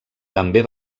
també